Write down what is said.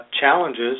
challenges